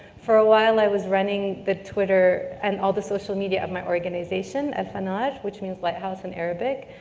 for a while, i was running the twitter and all the social media of my organization, alfanar, which means lighthouse in arabic.